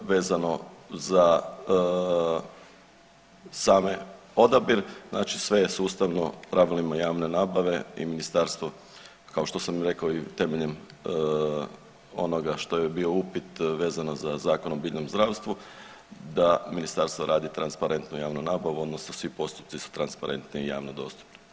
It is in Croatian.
Vezano za sam odabir, znači sve je sustavno pravilima javne nabave i ministarstvo kao što sam i rekao i temeljem onoga što je bio upit vezano za Zakon o biljnom zdravstvu da ministarstvo radi transparentno javnu nabavu odnosno svi postupci su transparentni i javno dostupni.